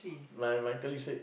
like my colleague said